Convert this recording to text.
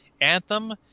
Anthem